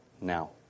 now